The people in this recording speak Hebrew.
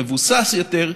מבוסס יותר,